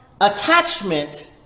attachment